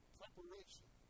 preparation